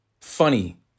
funny